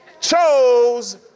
chose